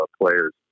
players